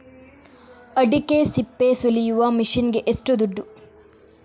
ಅಡಿಕೆ ಸಿಪ್ಪೆ ಸುಲಿಯುವ ಮಷೀನ್ ಗೆ ಏಷ್ಟು ದುಡ್ಡು?